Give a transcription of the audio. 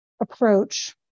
approach